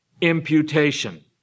imputation